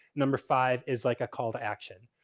number five is like a call to action.